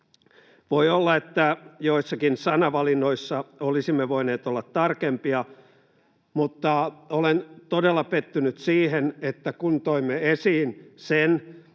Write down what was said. Voi olla, että joissakin sanavalinnoissa olisimme voineet olla tarkempia, mutta olen todella pettynyt siihen, että kun toimme esiin sen,